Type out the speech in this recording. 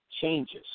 changes